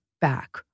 back